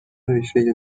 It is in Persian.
ریشه